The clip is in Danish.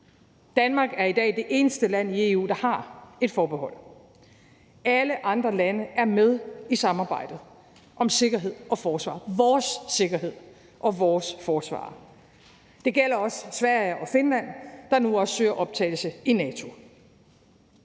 Danmark er i dag det eneste land i EU, der har et forsvarsforbehold. Alle andre lande er med i samarbejdet om sikkerhed og forsvar, vores sikkerhed og vores forsvar. Det gælder også Sverige og Finland, der nu også søger optagelse i NATO.